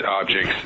objects